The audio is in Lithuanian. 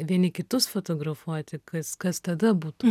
vieni kitus fotografuoti kas kas tada būtų